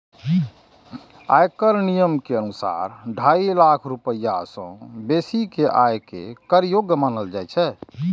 आयकर नियम के अनुसार, ढाई लाख रुपैया सं बेसी के आय कें कर योग्य मानल जाइ छै